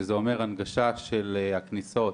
שזה אומר הנגשה של הכניסות,